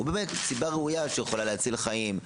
הוא באמת סיבה ראויה שיכולה להציל חיים,